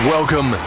Welcome